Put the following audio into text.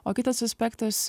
o kitas aspektas